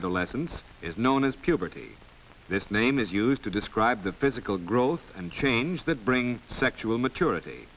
adolescence is known as puberty this name is used to describe the physical growth and change that brings sexual maturity